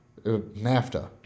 NAFTA